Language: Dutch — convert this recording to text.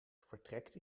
vertrekt